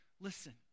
Listen